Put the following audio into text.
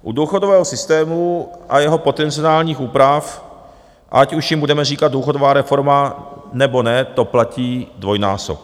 U důchodového systému a jeho potenciálních úprav, ať už jim budeme říkat důchodová reforma, nebo ne, to platí dvojnásob.